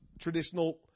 traditional